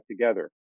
together